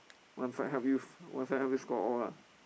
one side help you one side help you score all lah